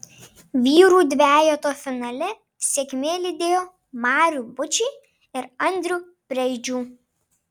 vyrų dvejeto finale sėkmė lydėjo marių bučį ir andrių preidžių